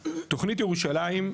ירושלים,